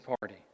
party